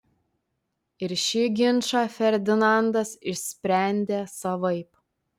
ir šį ginčą ferdinandas išsprendė savaip